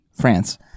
France